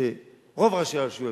שרוב ראשי הרשויות,